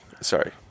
sorry